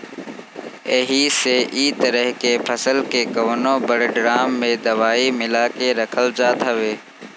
एही से इ तरह के फसल के कवनो बड़ ड्राम में दवाई मिला के रखल जात हवे